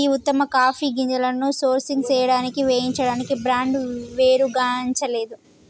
గీ ఉత్తమ కాఫీ గింజలను సోర్సింగ్ సేయడానికి వేయించడానికి బ్రాండ్ పేరుగాంచలేదు